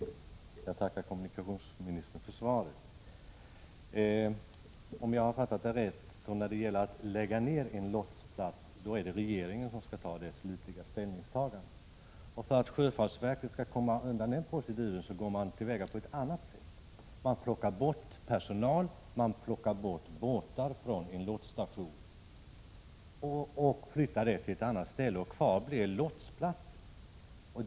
Herr talman! Jag tackar kommunikationsministern för svaret. Om jag har förstått saken rätt är det regeringen som skall fatta det slutliga avgörandet när det gäller att lägga ned en lotsplats. För undvikande av denna procedur går sjöfartsverket till väga på ett annat sätt. Man plockar först bort personal och båtar från en lotsstation. Det som då återstår blir en lotsplats.